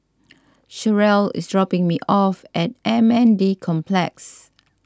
Cherrelle is dropping me off at M N D Complex